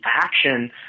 action